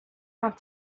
have